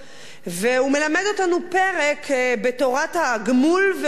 והוא מלמד אותנו פרק בתורת הגמול ועונשו,